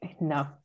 no